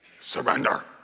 surrender